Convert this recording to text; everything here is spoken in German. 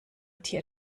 tier